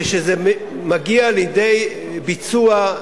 כשזה מגיע לידי ביצוע,